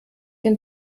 den